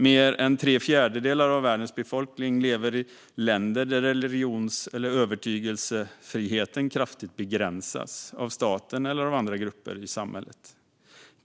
Mer än tre fjärdedelar av världens befolkning lever i länder där religions och övertygelsefriheten kraftigt begränsas av staten eller av andra grupper i samhället.